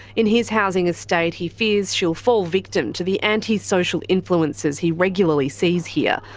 in his housing estate he fears she will fall victim to the anti-social influences he regularly sees here,